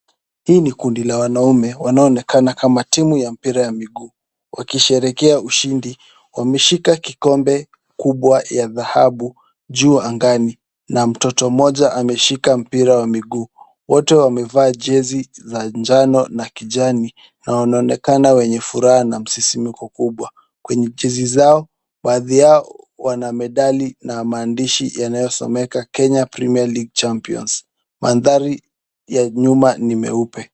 Hii ni kundi la wanaume wanaoonekana kama timu ya mpira ya miguu wakisherekea ushundi. Wameshika kikombe kubwa ya dhahabu juu angani na mtoto mmoja ameshika mpira wa miguu. Wote wamejaa jezi za jano na kijani na wanaonekana wenye furaha na msisimuko kubwa kwenye jezi zao baadhi yao wana medali na maandishi yanayosomeka Kenya Premier League Champions. Mandhari ya nyuma ni meupe.